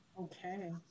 Okay